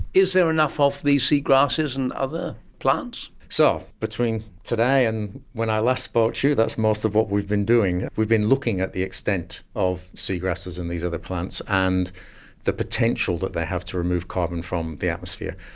is there enough of these sea grasses and other plants? so, between today and when i last spoke to you, that's most of what we've been doing, we've been looking at the extent of sea grasses and these other plants, and the potential that they have to remove carbon from the atmosphere.